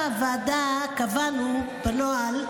בהמשך ישיבת הוועדה קבענו בנוהל,